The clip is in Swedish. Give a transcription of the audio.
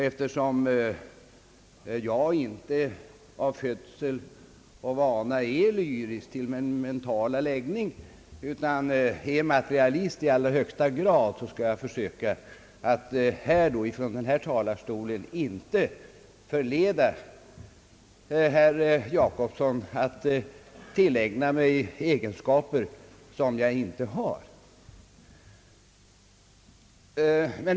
Eftersom jag inte av födsel eller vana är lyrisk till min mentala läggning, utan i allra högsta grad är materialist, skall jag inte ifrån denna talarstol förleda herr Jacobsson att tillägna mig egenskaper som jag inte har.